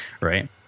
right